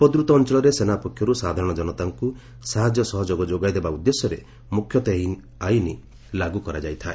ଉପଦ୍ରତ ଅଞ୍ଚଳରେ ସେନା ପକ୍ଷରୁ ସାଧାରଣ ଜନତାଙ୍କୁ ସାହାଯ୍ୟ ସହଯୋଗ ଯୋଗାଇଦେବା ଉଦ୍ଦେଶ୍ୟରେ ମୁଖ୍ୟତଃ ଏହି ଆଇନ ଲାଗୁ କରାଯାଇଥାଏ